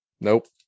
Nope